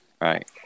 Right